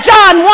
John